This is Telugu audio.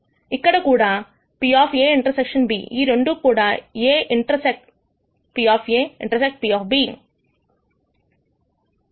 ఇక్కడ కూడా PA ∩ B ఈ రెండూ కూడా A intersect P intersect P